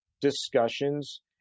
discussions